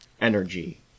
energy